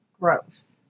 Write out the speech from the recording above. gross